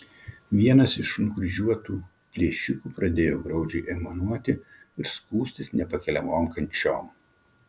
vienas iš nukryžiuotų plėšikų pradėjo graudžiai aimanuoti ir skųstis nepakeliamom kančiom